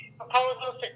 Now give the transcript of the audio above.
proposals